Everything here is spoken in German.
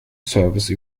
service